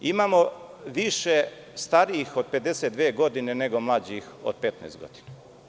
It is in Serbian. Imamo više starijih od 52 godine nego mlađih od 15 godina.